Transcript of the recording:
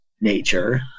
nature